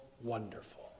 wonderful